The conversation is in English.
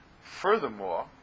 furthermore